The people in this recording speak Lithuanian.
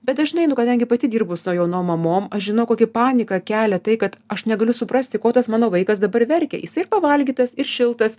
bet dažnai nu kadangi pati dirbu su tom jaunom mamom aš žinau kokį paniką kelia tai kad aš negaliu suprasti ko tas mano vaikas dabar verkia jisai ir pavalgytas ir šiltas